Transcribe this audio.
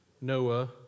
Noah